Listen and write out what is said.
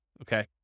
okay